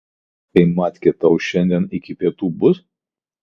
o tai matkė tau šiandien iki pietų bus